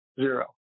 zero